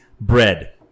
bread